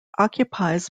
occupies